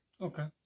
Okay